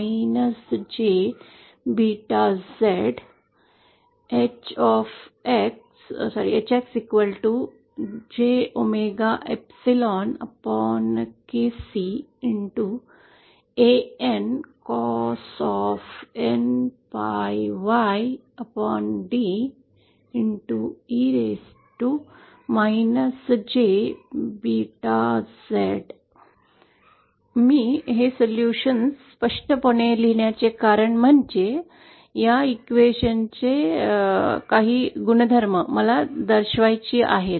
मी स्पष्टपणे निराकरण लिहिण्याचे कारण म्हणजे या समीकरणा चे काही गुणधर्म मला दर्शवायचे आहेत